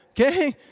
okay